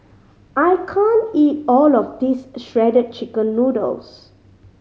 I can't eat all of this Shredded Chicken Noodles